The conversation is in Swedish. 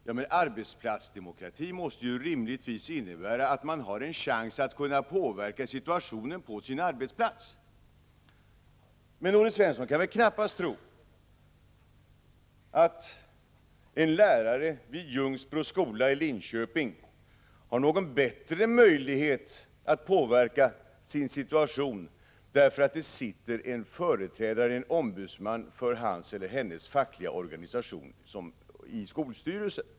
Ja, men arbetsplatsdemokrati måste rimligtvis innebära att man skall ha en chans att påverka situationen på sin arbetsplats, och Olle Svensson kan väl knappast tro att en lärare vid Ljungsbro skola i Linköping har bättre möjlighet att påverka sin situation, därför att det sitter en ombudsman för hans eller hennes fackliga organisation i skolstyrelsen.